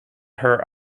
her